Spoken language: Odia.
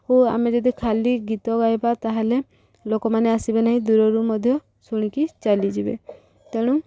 ଓ ଆମେ ଯଦି ଖାଲି ଗୀତ ଗାଇବା ତାହେଲେ ଲୋକମାନେ ଆସିବେ ନାହିଁ ଦୂରରୁ ମଧ୍ୟ ଶୁଣିକି ଚାଲିଯିବେ ତେଣୁ